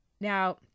Now